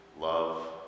Love